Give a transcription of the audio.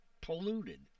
polluted